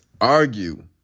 argue